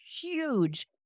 huge